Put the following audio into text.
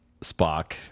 Spock